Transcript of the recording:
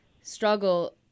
struggle